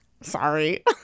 Sorry